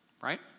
Right